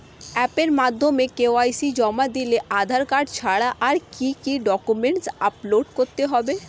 অ্যাপের মাধ্যমে কে.ওয়াই.সি জমা দিলে আধার কার্ড ছাড়া আর কি কি ডকুমেন্টস আপলোড করতে হবে?